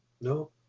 No